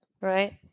right